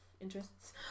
interests